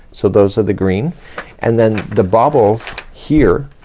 so those are the green and then the bobbles here,